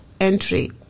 Entry